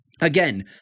Again